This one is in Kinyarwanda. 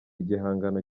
igihangano